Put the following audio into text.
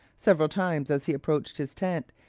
several times, as he approached his tent,